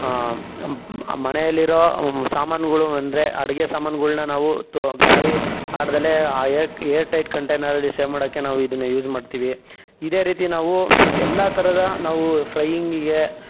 ಮನೆಯಲ್ಲಿರೋ ಸಾಮಾನುಗಳು ಅಂದರೆ ಅಡುಗೆ ಸಾಮಾನುಗಳನ್ನ ನಾವು ತೊ ಗಾಳಿ ಆಡದೆಲೆ ಏರ್ ಏರ್ ಟೈಟ್ ಕಂಟೈನರಲ್ಲಿ ಸೇವ್ ಮಾಡೋಕ್ಕೆ ನಾವು ಇದನ್ನು ಯೂಸ್ ಮಾಡ್ತೀವಿ ಇದೇ ರೀತಿ ನಾವು ಎಲ್ಲ ಥರದ ನಾವು ಫ್ರೈಯಿಂಗ್ಗೆ